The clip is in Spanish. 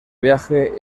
viaje